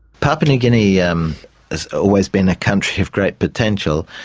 papua new guinea um has always been a country of great potential.